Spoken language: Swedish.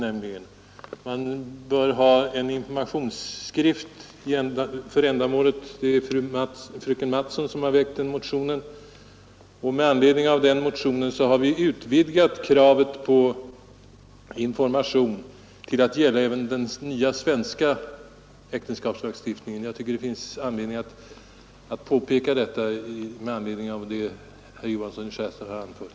Hon hemställer att informationsbroschyrer skall utarbetas för detta ändamål. Med anledning av denna motion har vi utvidgat kravet på information till att gälla även den nya svenska äktenskapslagstiftningen. Jag tycker att det finns anledning att påpeka detta med anledning av det som herr Johansson i Skärstad har anfört.